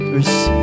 Receive